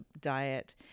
diet